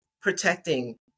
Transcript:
protecting